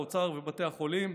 האוצר ובתי החולים,